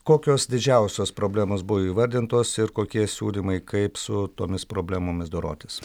kokios didžiausios problemos buvo įvardintos ir kokie siūlymai kaip su tomis problemomis dorotis